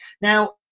now